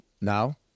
now